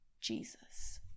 Jesus